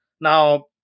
now